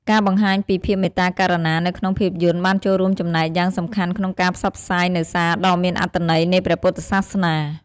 ការបង្ហាញពីភាពមេត្តាករុណានៅក្នុងភាពយន្តបានចូលរួមចំណែកយ៉ាងសំខាន់ក្នុងការផ្សព្វផ្សាយនូវសារដ៏មានអត្ថន័យនៃព្រះពុទ្ធសាសនា។